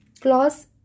Clause